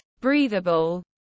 breathable